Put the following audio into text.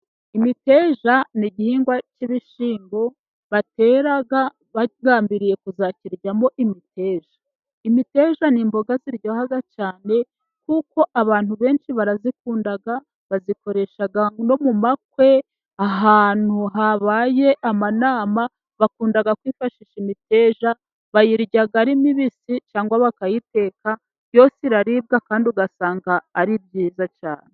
Imiteja ni igihingwa cy'ibishyimbo, batera bagambiriye kuzakiryamo imiteja, imiteja ni imboga ziryoha cyane, kuko abantu benshi barazikunda, bazikoresha no mu makwe, ahantu habaye amanama, bakunda kwifashisha imiteja, bayirya ari mibisi cyangwa bakayiteka, yose iraribwa kandi usanga ari byiza cyane.